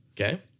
Okay